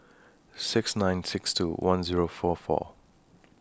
six nine six two one Zero four four